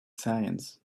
science